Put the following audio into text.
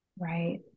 right